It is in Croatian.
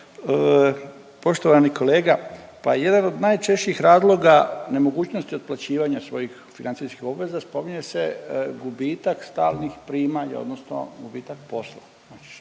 poštovani kolega pa jedan od najčešćih razloga nemogućnosti otplaćivanja svojih financijskih obveza spominje se gubitak stalnih primanja odnosno gubitak posla. E sad